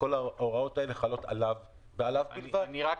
ולעניין מתן